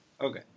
Okay